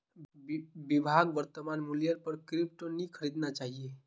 विभाक वर्तमान मूल्येर पर क्रिप्टो नी खरीदना चाहिए